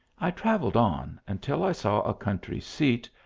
i travelled on until i saw a country-seat,